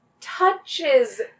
touches